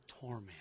torment